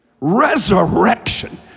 Resurrection